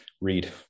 read